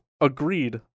Agreed